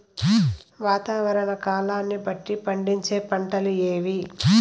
వాతావరణ కాలాన్ని బట్టి పండించే పంటలు ఏవి?